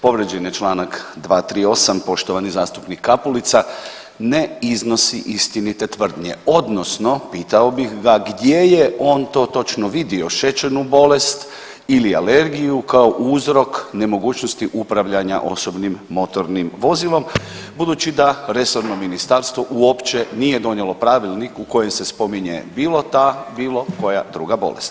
Povrijeđen je članak 238. poštovani zastupnik Kapulica ne iznosi istinite tvrdnje, odnosno pitao bih ga gdje je on to točno vidio šećernu bolest ili alergiju kao uzrok nemogućnosti upravljanja osobnim motornim vozilom, budući da resorno ministarstvo uopće nije donijelo pravilnik u kojem se spominje bilo ta, bilo koja druga bolest.